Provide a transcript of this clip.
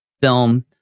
film